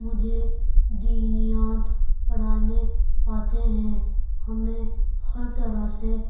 مجھے دینیات پڑھانے آتے ہیں ہمیں ہر طرح سے